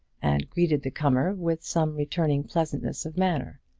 and greeted the comer with some returning pleasantness of manner.